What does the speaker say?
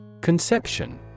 Conception